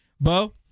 Bo